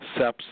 SEPs